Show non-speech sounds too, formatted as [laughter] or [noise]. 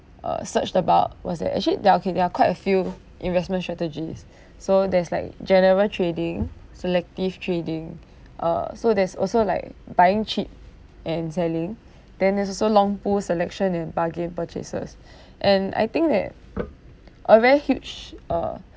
uh searched about was that actually there are okay there are quite a few investment strategies [breath] so there's like general trading selective trading [breath] uh so there's also like buying cheap and selling [breath] then there's also long pull selection and bargain purchases [breath] and I think that a very huge uh